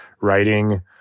writing